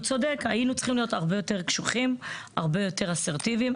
הוא צודק היינו צריכים להיות הרבה יותר קשוחים הרבה יותר אסרטיביים,